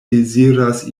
deziras